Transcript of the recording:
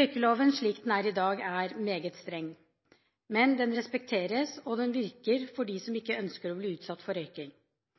Røykeloven slik den er i dag, er meget streng, men den respekteres, og den virker for dem som ikke ønsker å bli utsatt for